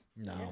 no